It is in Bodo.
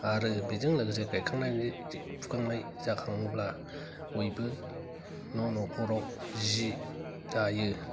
आरो बेजों लोगोसे गायखांनानै फुखांनाय जाखाङोब्ला बयबो न' न'खराव जि दायो